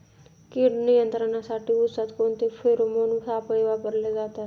कीड नियंत्रणासाठी उसात कोणते फेरोमोन सापळे वापरले जातात?